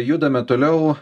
judame toliau